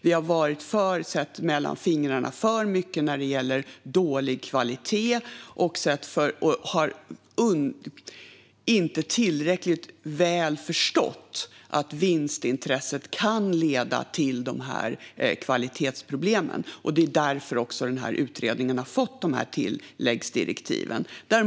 Vi har sett mellan fingrarna för mycket när det gäller dålig kvalitet och har inte tillräckligt väl förstått att vinstintresset kan leda till de här kvalitetsproblemen. Det är också därför den här utredningen har fått dessa tilläggsdirektiv.